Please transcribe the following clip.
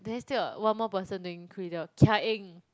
then still got one more person doing crew leader Kia-Eng